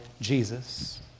Jesus